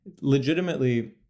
legitimately